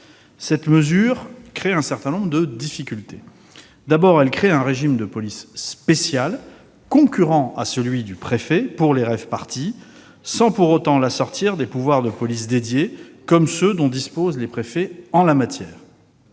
Cette mesure pose un certain nombre de difficultés. D'abord, elle crée un régime de police spéciale concurrent à celui du préfet pour les rave-parties, sans pour autant l'assortir de pouvoirs de police dédiés, comme ceux dont disposent les préfets en la matière.